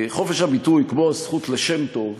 כמו הזכות לשם טוב,